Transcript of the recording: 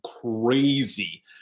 crazy